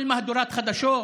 וכל מהדורת חדשות,